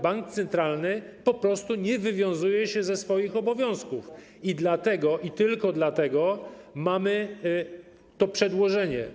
Bank centralny po prostu nie wywiązuje się ze swoich obowiązków i tylko dlatego mamy to przedłożenie.